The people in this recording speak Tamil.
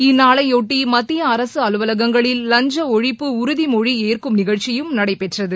இந்நாளைபொட்டி மத்திய அரசு அலுவலகங்களில் வஞ்ச ஒழிப்பு உறுதி மொழி ஏற்கும் நிகழ்ச்சியும் நடைபெற்றது